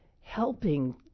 helping